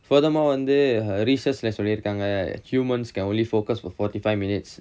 furthermore வந்து:vanthu research leh சொல்லீருக்காங்க:solleerukkaanga humans can only focus for forty five minutes